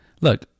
look